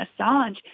Assange